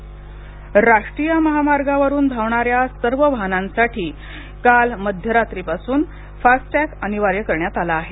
FASTag राष्ट्रीय महामार्गावरून धावणाऱ्या सर्व वाहनांसाठी काल मध्यरात्रीपासून फास्टटॅग अनिवार्य करण्यात आला आहे